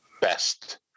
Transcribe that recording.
Best